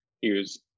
use